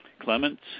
Clements